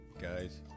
guys